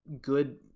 good